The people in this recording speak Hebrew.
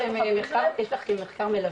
יש לכם מחקר מלווה?